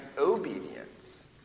obedience